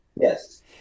Yes